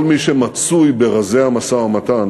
כל מי שמצוי ברזי המשא-ומתן